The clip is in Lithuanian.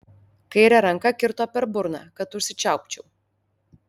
kaire ranka kirto per burną kad užsičiaupčiau